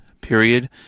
period